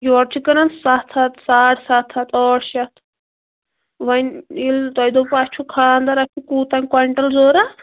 یور چھ کٕنان سَتھ ہَتھ ساڑٕ سَتھ ہَتھ ٲٹھ شٮ۪تھ وۄنۍ ییٚلہِ تۄہہِ دوٚپوُ اسہِ چھُ خاندَر اسہِ چھُ کوٗتام کۄینٹَل ضروٗرت